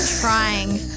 trying